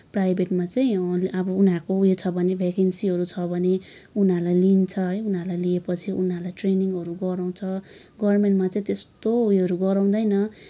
प्राइभेटमा चाहिँ अब उनीहरूको उयो छ भने भ्याकेन्सीहरू छ भने उनीहरूलाई लिन्छ है उनीहरूलाई लिएपछि उनीहरूलाई ट्रेनिङहरू गराउँछ गभर्मेन्टमा चाहिँ त्यस्तो उयोहरू गराउँदैन